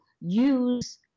use